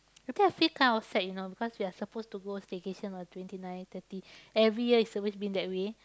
I think I feel kind of sad you know because we are supposed to go staycation on twenty nine thirty every year it always been that way